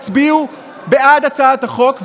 הצביעו בעד הצעת החוק.